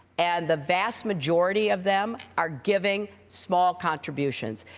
and the vast majority of them are giving small contributions.